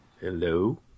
hello